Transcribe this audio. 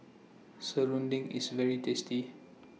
Serunding IS very tasty